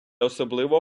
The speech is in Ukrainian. особливо